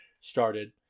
started